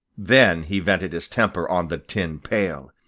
then he vented his temper on the tin pail.